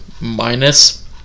minus